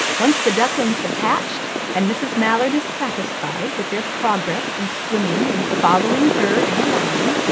once the ducklings have hatched and mrs. mallard is satisfied with their progress in swimming and following her in a line,